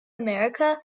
america